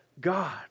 God